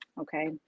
okay